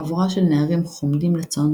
חבורה של נערים חומדים לצון,